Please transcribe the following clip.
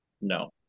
no